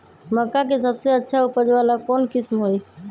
मक्का के सबसे अच्छा उपज वाला कौन किस्म होई?